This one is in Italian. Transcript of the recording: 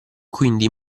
quindi